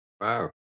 Wow